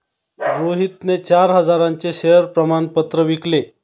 रोहितने चार हजारांचे शेअर प्रमाण पत्र विकले